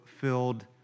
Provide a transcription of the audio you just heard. filled